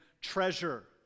Treasure